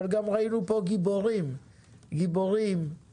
אבל גם ראינו פה גיבורים עם קשיים,